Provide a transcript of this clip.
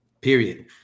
period